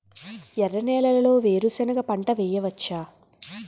ఎర్ర నేలలో వేరుసెనగ పంట వెయ్యవచ్చా?